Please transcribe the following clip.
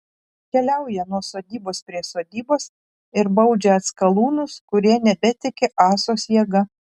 keliauja nuo sodybos prie sodybos ir baudžia atskalūnus kurie nebetiki ąsos jėga